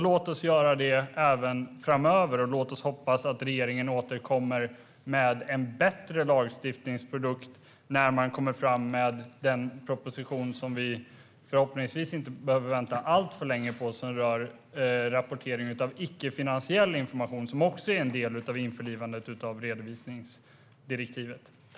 Låt oss göra det även framöver, och låt oss hoppas att regeringen återkommer med en bättre lagstiftningsprodukt när man lägger fram den proposition som vi förhoppningsvis inte behöver vänta alltför länge på, den som rör rapportering av icke-finansiell information, som också är en del av införlivandet av redovisningsdirektivet.